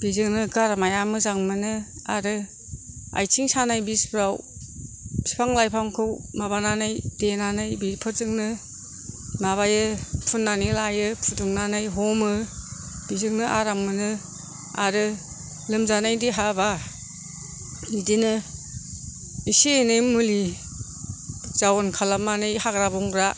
बेजोंनो गारमाया मोजां मोनो आरो आथिं सानाय बिसफ्राव फिफां लाइफांखौ माबानानै देनानै बेफोरजोंनो माबायो फुन्नानै लायो फुदुंनानै हमो बेजोंनो आराम मोनो आरो लोमजानाय देहाबा बिदिनो एसे एनै मुलि जावन खालामनानै हाग्रा बंग्रा